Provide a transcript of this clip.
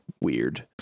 weird